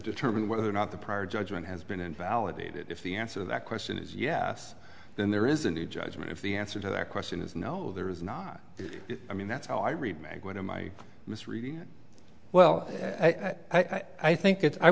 determine whether or not the prior judgment has been invalidated if the answer that question is yes then there is a new judgment if the answer to that question is no there is not i mean that's how i read mag what am i misreading well i think it